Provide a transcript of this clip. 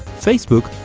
facebook,